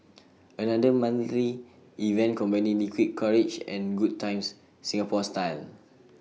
another monthly event combining liquid courage and good times Singapore style